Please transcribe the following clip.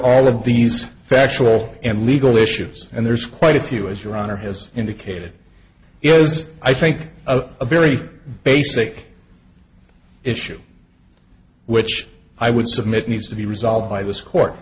all of these factual and legal issues and there's quite a few as your honor has indicated is i think a very basic issue which i would submit needs to be resolved by this court